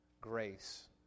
grace